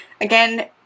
again